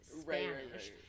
Spanish